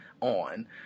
on